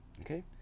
Okay